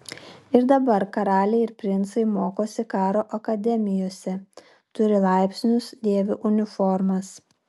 ir dabar karaliai ir princai mokosi karo akademijose turi laipsnius dėvi uniformas